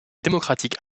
démocratique